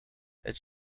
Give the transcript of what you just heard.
het